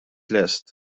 lest